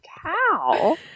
cow